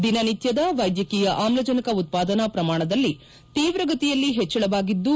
ದಿನನಿತ್ವದ ವೈದ್ಯಕೀಯ ಆಮ್ಲಜನಕ ಉತ್ಪಾದನಾ ಪ್ರಮಾಣದಲ್ಲಿ ತೀವ್ರಗತಿಯಲ್ಲಿ ಹೆಚ್ಚಳವಾಗಿದ್ದು